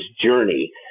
journey